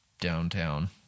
downtown